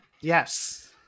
Yes